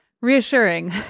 reassuring